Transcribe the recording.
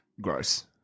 gross